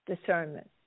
discernment